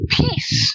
peace